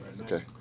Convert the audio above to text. Okay